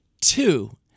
two